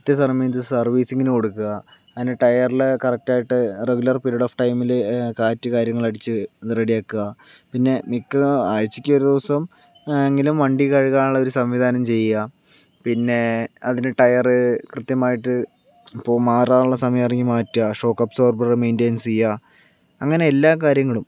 കൃത്യസമയത്ത് സർവീസിങ്ങിന് കൊടുക്കുക അതിൻ്റെ ടയറില് കറക്റ്റ് ആയിട്ട് റെഗുലർ പീരീഡ് ഓഫ് ടൈമില് കാറ്റ് കാര്യങ്ങളടിച്ച് അത് റെഡി ആക്കുക പിന്നെ ആഴ്ചയ്ക്കൊരു ദിവസം എങ്കിലും വണ്ടി കഴുകാനുള്ള ഒരു സംവിധാനം ചെയ്യ പിന്നെ അതിൻ്റെ ടയറ് കൃത്യമായിട്ട് ഇപ്പൊ മാറാനുള്ള സമയം ആണെങ്കിൽ മാറ്റ്ക ഷോക്ക് അബ്സോർബർ മെയിന്റനൻസ് ചെയ്യ്ക അങ്ങനെ എല്ലാ കാര്യങ്ങളും